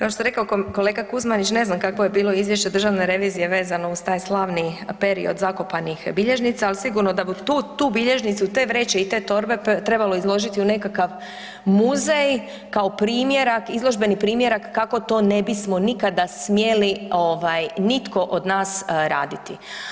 Kao što je rekao kolega Kuzmanić ne znam kakvo je bilo izvješće Državne revizije vezano uz taj slavni period zakopanih bilježnica, ali sigurno da bi tu bilježnicu, te vreće i te torbe trebalo izložiti u nekakav muzej kao primjerak, izložbeni primjerak kako to ne bismo nikada smjeli nitko od nas raditi.